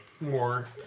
more